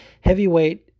heavyweight